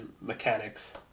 mechanics